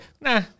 nah